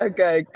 Okay